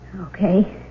Okay